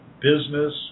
business